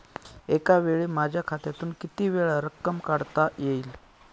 एकावेळी माझ्या खात्यातून कितीवेळा रक्कम काढता येईल?